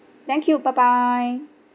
thank you bye bye